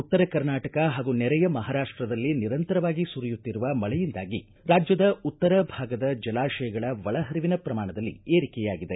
ಉತ್ತರ ಕರ್ನಾಟಕ ಹಾಗೂ ನೆರೆಯ ಮಹಾರಾಷ್ಪದಲ್ಲಿ ನಿರಂತರವಾಗಿ ಸುರಿಯುತ್ತಿರುವ ಮಳೆಯಿಂದಾಗಿ ರಾಜ್ಯದ ಉತ್ತರ ಭಾಗದ ಜಲಾಶಯಗಳ ಒಳ ಹರಿವಿನ ಪ್ರಮಾಣದಲ್ಲಿ ಏರಿಕೆಯಾಗಿದೆ